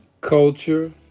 culture